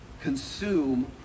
consume